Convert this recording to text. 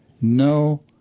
No